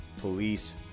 police